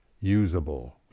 usable